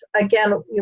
again